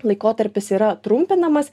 laikotarpis yra trumpinamas